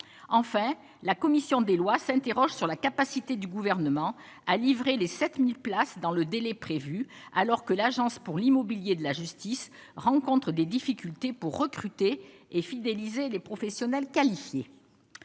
enfin, la commission des lois, s'interrogent sur la capacité du gouvernement à livrer les 7000 places dans le délai prévu, alors que l'agence pour l'immobilier de la Justice, rencontrent des difficultés pour recruter et fidéliser des professionnels qualifiés,